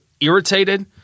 irritated